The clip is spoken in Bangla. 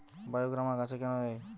বায়োগ্রামা গাছে কেন দেয়?